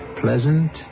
pleasant